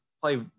play